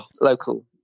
local